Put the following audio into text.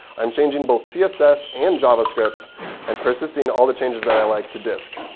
i'm changing both css and javascript and persisting all the changes that i like to disk.